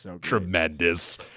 Tremendous